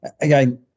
again